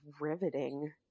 riveting